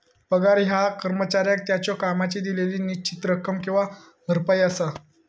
पगार ह्या कर्मचाऱ्याक त्याच्यो कामाची दिलेली निश्चित रक्कम किंवा भरपाई असा